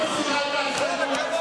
את מסירה את ההסתייגות?